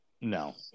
No